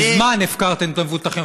מזמן, הפקרתם את המבוטחים.